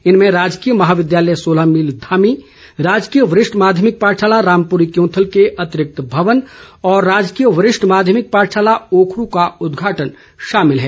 इनमें राजकीय महाविद्यालय सोलह मील धामी राजकीय वरिष्ठ माध्यमिक पाठशाला रामपुरी क्योंथल के अतिरिक्त भवन और राजकीय वरिष्ठ माध्यमिक पाठशाला ओखरू का उदघाटन शामिल है